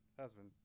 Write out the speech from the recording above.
husband